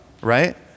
right